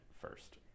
first